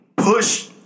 Push